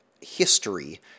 history